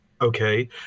Okay